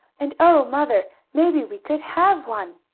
and oh, mother! maybe we could have one!